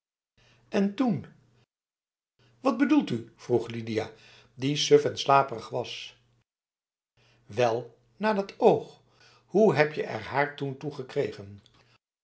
en toenf wat bedoelt u vroeg lidia die suf en slaperig was wel na dat oog hoe heb je er haar toen